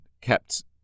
kept